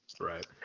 right